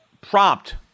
prompt